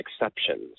exceptions